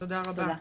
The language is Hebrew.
תודה.